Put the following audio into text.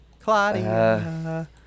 Claudia